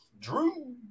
Drew